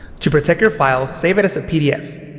to protect your files, save it as a pdf.